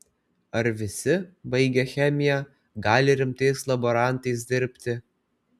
ar visi baigę chemiją gali rimtais laborantais dirbti